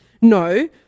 No